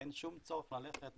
אין שום צורך ללכת.